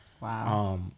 Wow